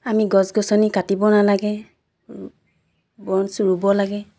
আমি গছ গছনি কাটিব নালাগে বৰঞ্চ ৰুব লাগে